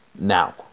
Now